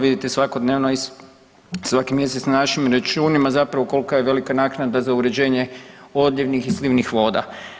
Vidite i svakodnevno, svaki mjesec na našim računima zapravo kolka je velika naknada za uređenje odljevnih i slivnih voda.